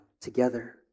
together